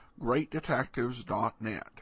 GreatDetectives.net